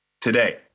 today